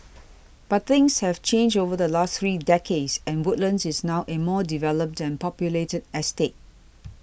but things have changed over the last three decades and Woodlands is now a more developed and populated estate